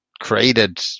created